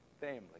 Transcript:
family